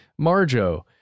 Marjo